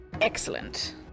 excellent